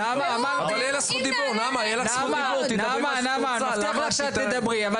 והוא אומר: אם נעלה להם --- נעמה,